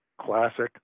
classic